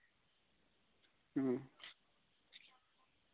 ᱦᱩᱸ